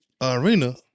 arena